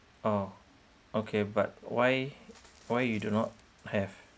oh okay but why why you do not have